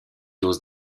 doses